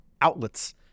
outlets